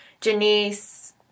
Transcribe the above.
Janice